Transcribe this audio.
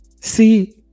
See